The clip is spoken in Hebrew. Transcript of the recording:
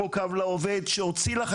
כמו "קו לעובד" שהוציא,